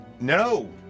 no